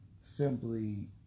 simply